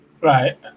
right